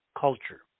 culture